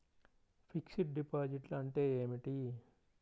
Fixed డిపాజిట్లు అంటే ఏమిటి?